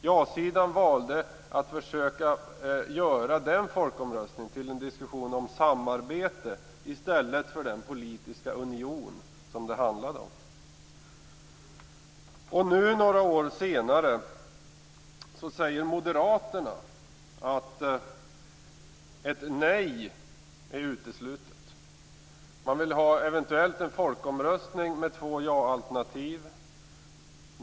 Ja-sidan valde att försöka göra den folkomröstningen till en diskussion om samarbete i stället för den politiska union som det handlade om. Nu, några år senare, säger moderaterna att ett nej är uteslutet. Man vill eventuellt ha en folkomröstning med två ja-alternativ.